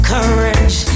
Courage